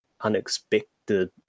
unexpected